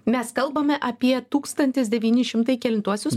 mes kalbame apie tūkstantis devyni šimtai kelintuosius